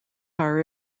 are